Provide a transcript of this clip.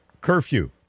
curfew